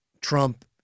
Trump